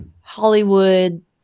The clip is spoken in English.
Hollywood